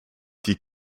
die